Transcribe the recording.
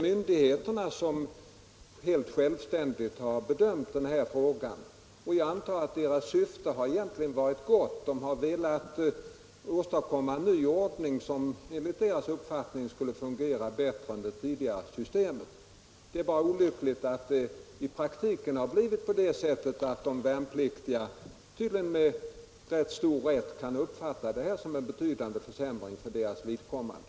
Myndigheterna har helt självständigt bedömt frågan, och jag antar att deras syfte har varit gott: de har velat åstadkomma en ny ordning, som enligt deras uppfattning skulle fungera bättre än det tidigare systemet. Det är bara så olyckligt att det i praktiken har blivit på det sättet att de värnpliktiga tydligen med ganska stor rätt kan uppfatta det nya systemet som en betydande försämring för deras vidkommande.